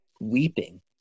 weeping